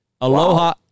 Aloha